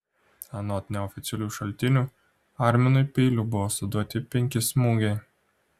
anot neoficialių šaltinių arminui peiliu buvo suduoti penki smūgiai